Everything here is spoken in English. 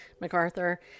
MacArthur